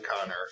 Connor